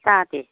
ꯇꯥꯗꯦ